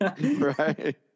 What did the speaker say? Right